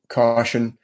caution